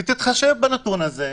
ותתחשב בנתון הזה.